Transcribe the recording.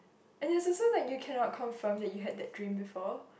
and it is also like you cannot confirm that you have that dream before